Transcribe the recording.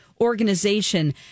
organization